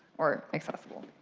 or accessible.